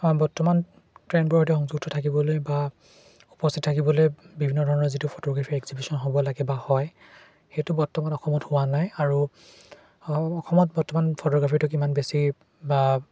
বৰ্তমান ট্ৰেণ্ডবোৰৰ সৈতে সংযুক্ত থাকিবলৈ বা উপস্থিত থাকিবলৈ বিভিন্ন ধৰণৰ যিটো ফটোগ্ৰাফী এক্সিবিশ্যন হ'ব লাগে বা হয় সেইটো বৰ্তমান অসমত হোৱা নাই আৰু অসমত বৰ্তমান ফটোগ্ৰাফীটোক ইমান বেছি